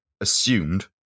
assumed